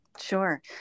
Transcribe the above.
Sure